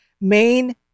main